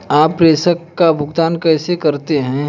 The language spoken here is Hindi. आप प्रेषण का भुगतान कैसे करते हैं?